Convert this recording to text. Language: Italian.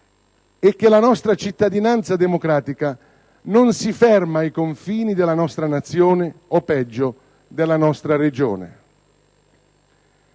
e che la nostra cittadinanza democratica non si ferma ai confini della nostra Nazione o, peggio, della nostra Regione.